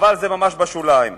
אבל זה ממש בשוליים.